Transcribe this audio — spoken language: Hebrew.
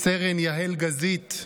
סרן יהל גזית,